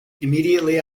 immediately